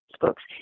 books